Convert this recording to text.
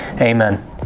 Amen